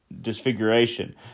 disfiguration